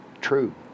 true